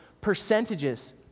percentages